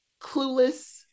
clueless